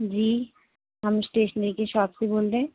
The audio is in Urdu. جی ہم اسٹیشنری کی شاپ سے بول رہیں